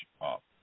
up